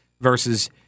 versus